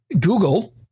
Google